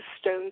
stone